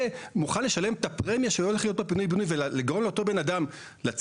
ומוכן לשלם את הפרמיה שלא לחיות בפינוי בינוי ולגרום לאותו בן אדם לצאת